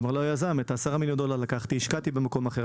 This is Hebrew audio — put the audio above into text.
אמר לו היזם: "את העשרה מיליון דולר האלה לקחתי והשקעתי במקום אחר,